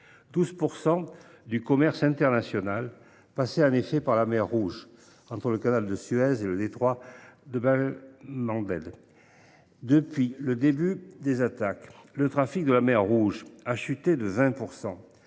12 % du commerce international passait en effet par la mer Rouge, entre le canal de Suez et le détroit de Bab el Mandeb. Or, depuis le début des attaques, le trafic y a chuté de 20 %.